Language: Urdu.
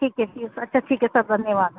ٹھیک ہے سی یو اچھا ٹھیک ہے سر دھنیہ واد